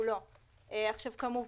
אנחנו רוצים ליצור להם הפרדה מפלסית,